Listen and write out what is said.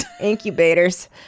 incubators